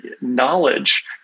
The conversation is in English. knowledge